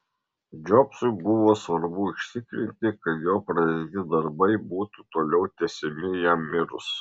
džobsui buvo svarbu užtikrinti kad jo pradėti darbai būtų toliau tęsiami jam mirus